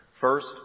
First